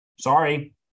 Sorry